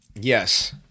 Yes